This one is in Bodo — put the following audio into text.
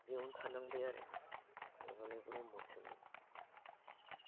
बेयावनो थानांबाय आरो नङाब्लालाय ब्रह्मसोमोन